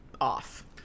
off